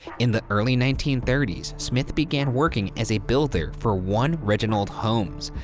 in the early nineteen thirty s, smith began working as a builder for one reginald holmes,